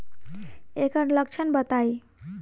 ऐकर लक्षण बताई?